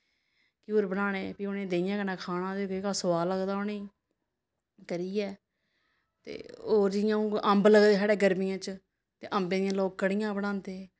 घ्यूर बनाने फ्ही उ'नेंगी देहियैं कन्नै खाना ते केह् सोआद लगदा उ'नेंई करियै ते होर जियां हून अंब लगदे साढ़ै गर्मियैं च ते अम्बें दियां लोग कढ़ियां बनांदे